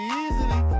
easily